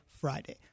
Friday